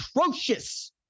atrocious